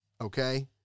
Okay